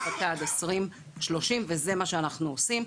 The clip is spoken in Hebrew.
פחות פליט העד 2030. וזה מה שאנחנו עושים.